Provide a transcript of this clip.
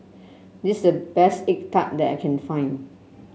this is the best egg tart that I can find